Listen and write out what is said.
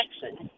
Jackson